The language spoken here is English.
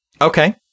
Okay